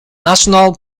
national